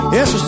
Yes